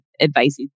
advice